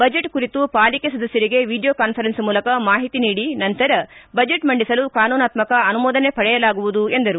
budget ಕುರಿತು ಪಾಲಿಕೆ ಸದಸ್ಕರಿಗೆ ವಿಡಿಯೋ ಕಾನ್ಫರೆನ್ಸ್ ಮೂಲಕ ಮಾಹಿತಿ ನೀಡಿ ನಂತರ ಬಜೆಟ್ ಮಂಡಿಸಲು ಕಾನೂನಾತ್ಕಕ ಅನುಮೋದನೆ ಪಡೆಯಲಾಗುವುದು ಎಂದರು